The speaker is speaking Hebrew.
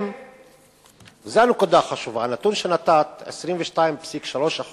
זו הנקודה החשובה: הנתון שנתת, 22.3%